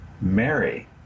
mary